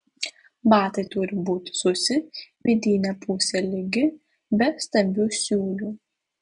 batai turi būti sausi vidinė pusė lygi be stambių siūlių